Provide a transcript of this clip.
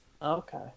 Okay